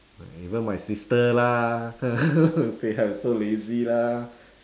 even my sister lah they have so lazy lah